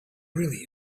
really